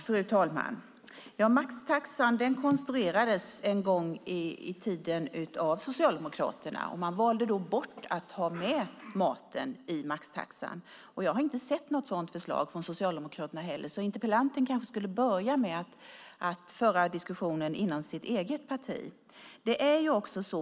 Fru talman! Maxtaxan konstruerades en gång i tiden av Socialdemokraterna. Man valde bort att ha med maten i maxtaxan. Jag har inte sett något sådant förslag från Socialdemokraterna heller. Interpellanten kanske skulle börja med att föra diskussionen inom sitt eget parti.